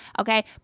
okay